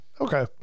Okay